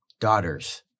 daughters